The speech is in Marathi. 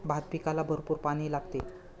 भात पिकाला भरपूर पाणी लागते